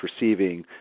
receiving